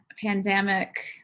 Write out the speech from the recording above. pandemic